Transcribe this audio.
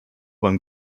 beim